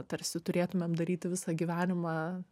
tarsi turėtumėm daryti visą gyvenimą